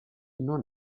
non